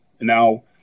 Now